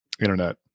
internet